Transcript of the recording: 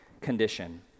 condition